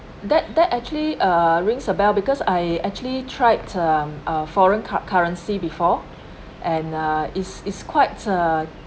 that that actually uh rings a bell because I actually tried uh a foreign cu~ currency before and uh is is quite uh